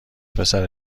پسر